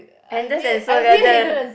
Anders and Seoul Garden